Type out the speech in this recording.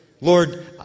Lord